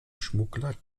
schmuggler